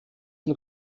und